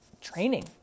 training